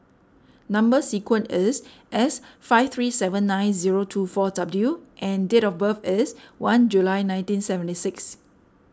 Number Sequence is S five three seven nine zero two four W and date of birth is one July nineteen seventy six